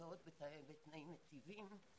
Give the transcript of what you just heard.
במשכנתאות בתנאים מיטיבים.